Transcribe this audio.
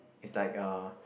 is like uh